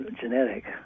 genetic